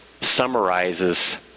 summarizes